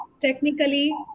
technically